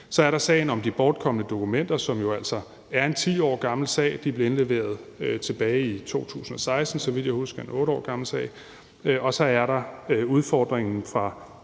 Så er der sagen om de bortkomne dokumenter, som jo altså er en 10 år gammel sag. De blev indleveret tilbage i 2016, så vidt jeg husker – så det er en 8 år gammel sag. Og så er der udfordringen fra